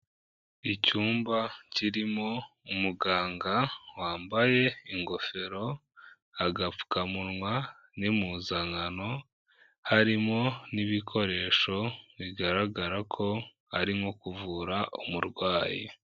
Icyumba kirimo umuganga wambaye ingofero, agapfukamunwa n'impuzankano, harimo n'ibikoresho bigaragara ko ari nko kuvura umurwayi.